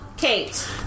Kate